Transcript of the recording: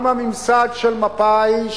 גם הממסד של מפא"י,